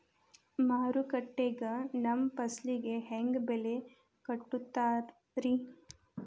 ಮಾರುಕಟ್ಟೆ ಗ ನಮ್ಮ ಫಸಲಿಗೆ ಹೆಂಗ್ ಬೆಲೆ ಕಟ್ಟುತ್ತಾರ ರಿ?